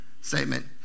statement